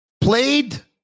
played